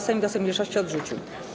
Sejm wniosek mniejszości odrzucił.